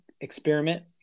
experiment